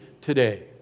today